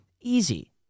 Easy